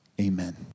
amen